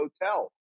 hotel